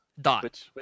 Dot